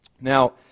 Now